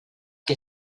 que